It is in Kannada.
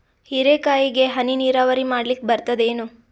ಹೀರೆಕಾಯಿಗೆ ಹನಿ ನೀರಾವರಿ ಮಾಡ್ಲಿಕ್ ಬರ್ತದ ಏನು?